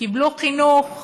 קיבלו חינוך,